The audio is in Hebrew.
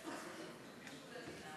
כנסת נכבדה,